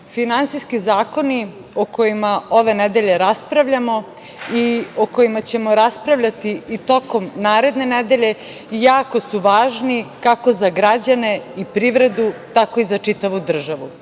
finansijski zakoni o kojima ove nedelje raspravljamo i o kojima ćemo raspravljati i tokom naredne nedelje jako su važni kako za građane i privredu, tako i za čitavu državu. Jedan